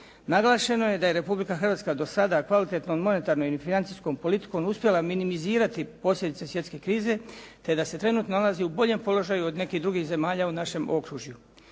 Naglašeno je da je Republika Hrvatska do sada kvalitetno monetarnom i financijskom uspjela minimizirati posljedice svjetske krize te da se trenutno nalazi u boljem položaju od nekih drugih zemalja u našem okružju.